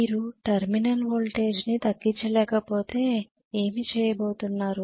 మీరు terminal voltage ని తగ్గించలేకపోతే ఏమి చేయబోతున్నారు